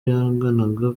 yanganaga